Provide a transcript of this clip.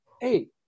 Hey